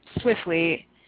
swiftly